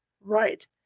Right